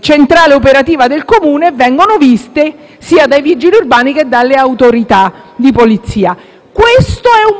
centrale operativa del Comune e vengono viste sia dai vigili urbani che dalle autorità di polizia. Questo è un